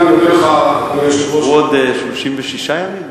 עוד 36 ימים?